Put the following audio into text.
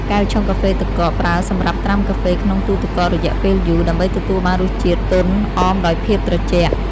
កែវឆុងកាហ្វេទឹកកក ប្រើសម្រាប់ត្រាំកាហ្វេក្នុងទូទឹកកករយៈពេលយូរ ដើម្បីទទួលបានរសជាតិទន់អមដោយភាពត្រជាក់។